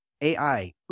AI